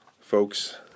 folks